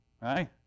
Right